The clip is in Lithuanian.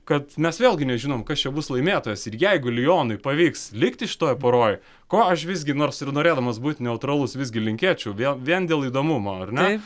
kad mes vėlgi nežinome kas čia bus laimėtojas ir jeigu lionui pavyks likti šitoj poroj ko aš visgi nors ir norėdamas būti neutralus visgi linkėčiau vėl vien dėl įdomumo ar ne